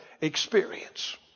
experience